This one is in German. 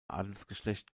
adelsgeschlecht